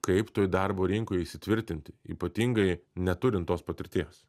kaip toj darbo rinkoj įsitvirtinti ypatingai neturint tos patirties